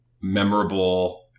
memorable